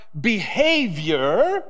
behavior